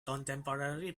contemporary